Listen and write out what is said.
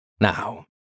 Now